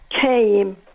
came